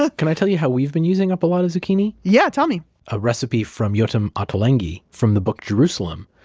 ah can i tell you how we've been using up a lot of zucchini? yeah, tell me a recipe from yotam ottolenghi from the book jerusalem.